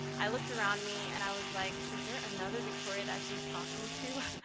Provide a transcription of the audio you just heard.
i looked around me and i was like is there another victoria that she's talking to?